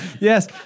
Yes